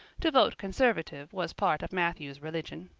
to vote conservative was part of matthew's religion.